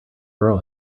girl